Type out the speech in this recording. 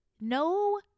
no